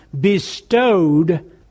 bestowed